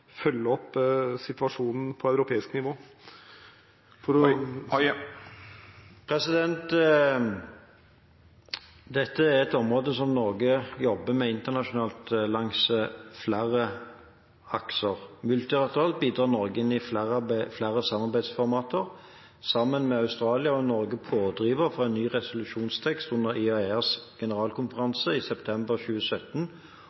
følge opp situasjonen på europeisk nivå? Dette er et område som Norge jobber med internasjonalt langs flere akser. Multilateralt bidrar Norge i flere samarbeidsformater. Sammen med Australia var Norge pådriver for en ny resolusjonstekst under IAEAs